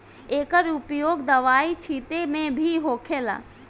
एकर उपयोग दवाई छींटे मे भी होखेला